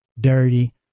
dirty